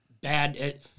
bad